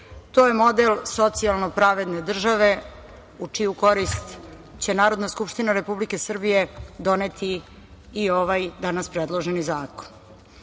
To je model socijalno pravedne države u čiju korist će Narodna skupština Republike Srbije doneti i ovaj danas predloženi zakon. Zakon